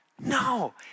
No